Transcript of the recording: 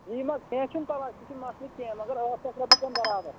یِیِن حظ کینٛہہ چھُنہٕ پَرواے سُہ چھِنہٕ مَسلہٕ کینٛہہ مگر ٲٹھ ساس چھےٚ بَرابَر